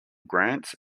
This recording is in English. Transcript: grants